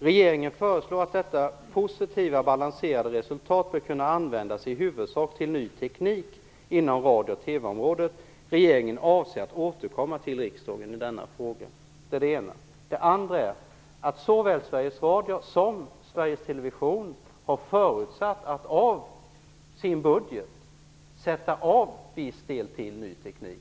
"Regeringen föreslår att detta positiva balanserade resultat bör kunna användas i huvudsak till ny teknik inom radio och TV-området. Regeringen avser att återkomma till riksdagen i frågan." Det är det ena. Det andra är att såväl Sveriges Radio som Sveriges Television har förutsatt att av sin budget sätta av en viss del till ny teknik.